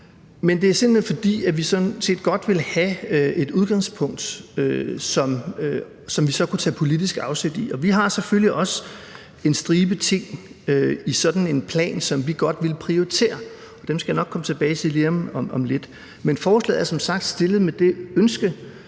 men det er, simpelt hen fordi vi sådan set godt vil have et udgangspunkt, som vi så kunne tage politisk afsæt i, og vi har selvfølgelig også en stribe ting i sådan en plan, som vi godt vil prioritere, og dem skal jeg nok komme tilbage til lige om lidt. Men forslaget er som sagt fremsat med det ønske,